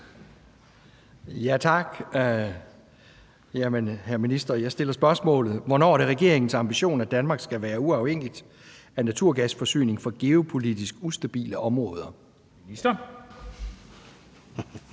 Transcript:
(V): Tak. Hr. minister, jeg stiller spørgsmålet: Hvornår er det regeringens ambition at Danmark skal være uafhængigt af naturgasforsyning fra geopolitisk ustabile områder? Kl.